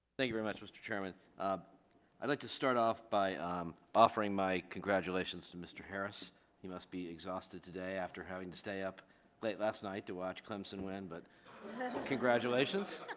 thank you very much mr. chairman i'd like to start off by offering my congratulations to mr harris you must be exhausted today after having to stay up late last night to watch clemson win but congratulations